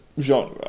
genre